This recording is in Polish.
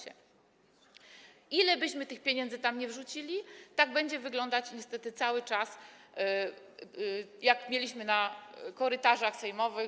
Ile byśmy tych pieniędzy tam nie wrzucili, to będzie wyglądać niestety cały czas tak, jak widzieliśmy na korytarzach sejmowych.